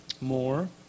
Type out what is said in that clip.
More